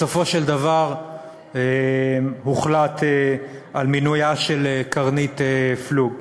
בסופו של דבר הוחלט על מינויה של קרנית פלוג.